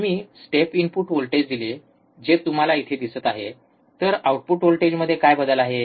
जर मी step input voltage दिले जे तुम्हाला येथे दिसत आहे तर आउटपुट व्होल्टेजमध्ये काय बदल आहे